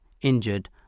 injured